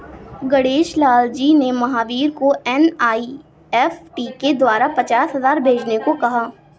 गणेश लाल जी ने महावीर को एन.ई.एफ़.टी के द्वारा पचास हजार भेजने को कहा